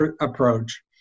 approach